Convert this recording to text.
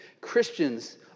Christians